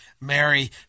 Mary